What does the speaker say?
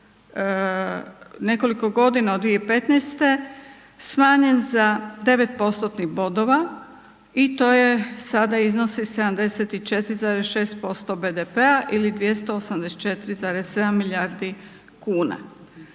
nekoliko godina od 2015. smanjen za 9 postotnih bodova i to je sada iznosi 74,6% BDP-a ili 284,7 milijardi kuna.